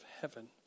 heaven